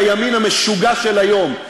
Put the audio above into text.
בימין המשוגע של היום,